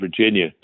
Virginia